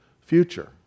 future